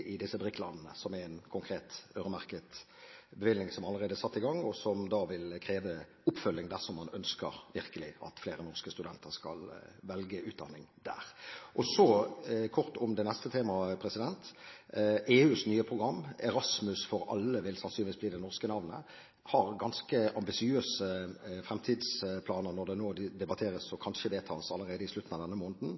i disse BRIC-landene, som er en konkret øremerket bevilgning som allerede er satt i gang, og som vil kreve oppfølging dersom man virkelig ønsker at flere norske studenter skal velge utdanning der. Så kort om det neste temaet: EUs nye program – «Erasmus for alle» vil sannsynligvis bli det norske navnet – har ganske ambisiøse fremtidsplaner når det nå debatteres og kanskje vedtas allerede i slutten av denne måneden.